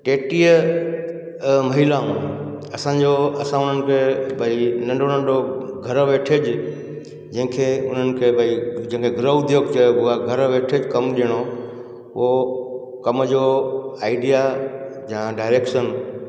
टेटीह महिलाऊं असांजो असां उन्हनि खे भई नंढो नंढो घरु वेठे जी जंहिंखें उन्हनि खे भई हुओ जंहिंखें ग्रह उद्योग चइबो आहे घरु वेठे कमु ॾियणो उहो कम जो आइडिया या डाएरेक्शन